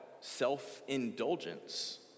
self-indulgence